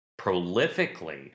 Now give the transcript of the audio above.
prolifically